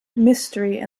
mystery